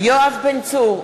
יואב בן צור,